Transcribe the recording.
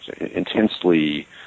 intensely